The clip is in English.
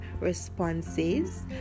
responses